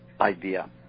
idea